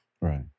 Right